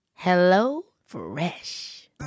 HelloFresh